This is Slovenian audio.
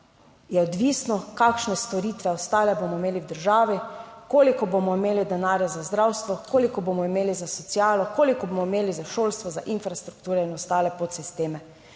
je odvisno, kakšne storitve ostale bomo imeli v državi, koliko bomo imeli denarja za zdravstvo, koliko bomo imeli za socialo, koliko bomo imeli za šolstvo, za infrastrukturo in ostale podsisteme.